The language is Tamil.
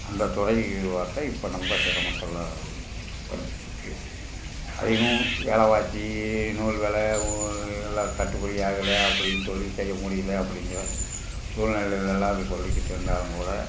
அந்தத் துறை பார்த்தா இப்போ ரொம்ப சிரமத்துல போயிக்கிட்டிருக்கு அதிகமாக வெலைவாசி நூல் வெலை ஓ எல்லாக் கட்டுபடியாகலை அப்படின்னு தொழில் செய்ய முடியலை அப்படிங்கிற சூழ்நிலையிலல்லலாம் சொல்லிக்கிட்டு இருந்தாலும் கூட